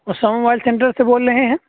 Usama mobile centre سے بول رہے ہیں